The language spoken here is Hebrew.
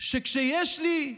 שכשיש לי,